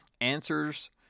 Answers